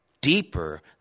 deeper